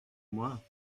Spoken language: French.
moi